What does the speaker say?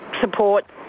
support